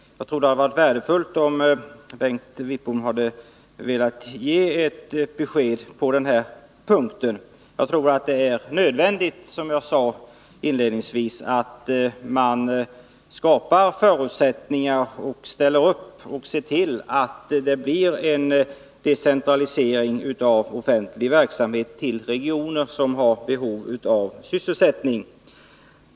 Jag tror att det hade varit värdefullt, om Bengt Wittbom hade velat ge ett besked på denna punkt. Jag tror att det, som jag inledningsvis sade, är nödvändigt att vi skapar förutsättningar för och ser till att det blir en decentralisering av offentlig verksamhet till regioner som har behov av sysselsättning.